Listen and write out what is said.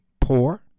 poor